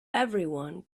everyone